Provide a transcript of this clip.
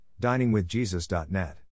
DiningWithJesus.net